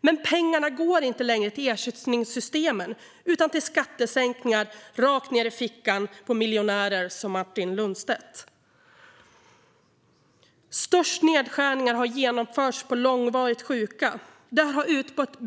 Men pengarna går inte längre till ersättningssystemen utan till skattesänkningar rakt ned i fickan på miljonärer som Martin Lundstedt. Störst nedskärningar har gjorts för långvarigt sjuka. Där har